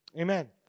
Amen